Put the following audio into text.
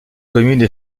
communes